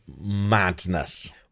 madness